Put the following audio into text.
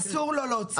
אסור לו להוציא.